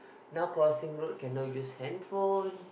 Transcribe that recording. now crossing road cannot use handphone